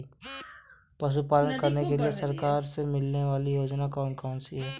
पशु पालन करने के लिए सरकार से मिलने वाली योजनाएँ कौन कौन सी हैं?